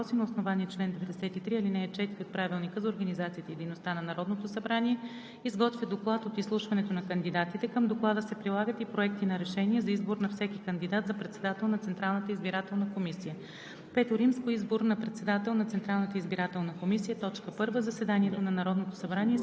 Комисията по правни въпроси на основание чл. 93, ал. 4 от Правилника за организацията и дейността на Народното събрание изготвя доклад от изслушването на кандидатите. Към доклада се прилагат и проекти на решение за избор на всеки кандидат за председател на Централната избирателна комисия.